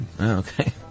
okay